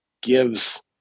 gives